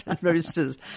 roosters